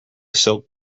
silk